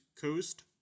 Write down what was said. Coast